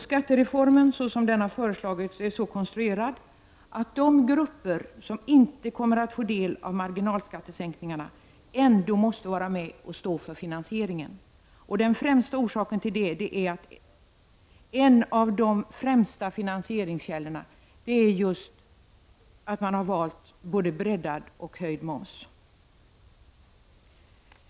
Skattereformen, såsom den har föreslagits, är så konstruerad att de grupper som inte kommer att få del av marginalskattesänkningarna ändå måste vara med och stå för finansieringen. Den främsta orsaken till det är att man som en av de främsta finansieringskällorna har valt just både breddad och höjd moms.